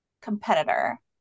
competitor